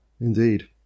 Indeed